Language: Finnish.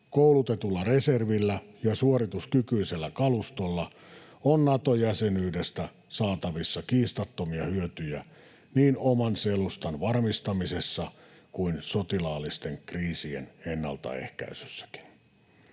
koulutetulla reservillä ja suorituskykyisellä kalustolla, on Nato-jäsenyydestä saatavissa kiistattomia hyötyjä niin oman selustan varmistamisessa kuin sotilaallisten kriisien ennaltaehkäisyssäkin.